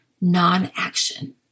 non-action